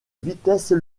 vitesses